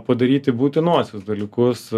padaryti būtinuosius dalykus